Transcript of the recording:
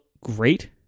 great